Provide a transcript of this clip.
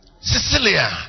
Cecilia